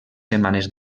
setmanes